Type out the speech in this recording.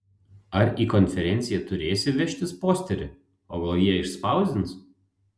ar į konferenciją turėsi vežtis posterį o gal jie išspausdins